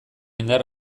indar